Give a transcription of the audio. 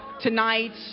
tonight